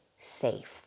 safe